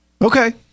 Okay